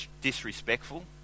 disrespectful